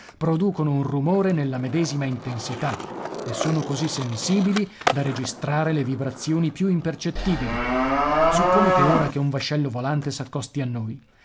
producono un rumore nella medesima intensità e sono così sensibili da registrare le vibrazioni più impercettibili supponete ora che un vascello volante s'accosti a noi